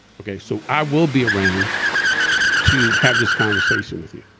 okay? so i will be around to have this conversation with you.